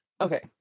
okay